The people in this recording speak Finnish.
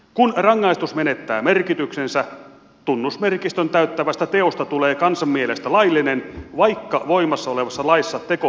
kun rangaistus menettää merkityksensä tunnusmerkistön täyttävästä teosta tulee kansan mielestä laillinen vaikka voimassa olevassa laissa teko pysyykin rangaistavana